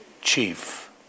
chief